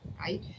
right